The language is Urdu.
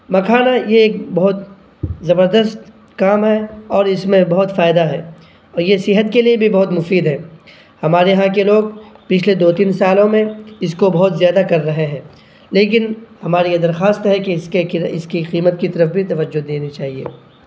مکھانا یہ ایک بہت زبردست کام ہے اور اس میں بہت فائدہ ہے اور یہ صحت کے لیے بھی بہت مفید ہے ہمارے یہاں کے لوگ پچھلے دو تین سالوں میں اس کو بہت زیادہ کر رہے ہیں لیکن ہماری یہ درخواست ہے کہ اس کے اس کی قیمت کی طرف بھی توجہ دینی چاہیے